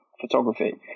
photography